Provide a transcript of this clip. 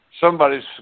somebody's